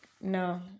No